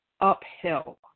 uphill